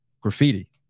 graffiti